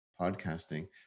podcasting